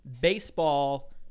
baseball